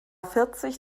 vierzig